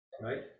Right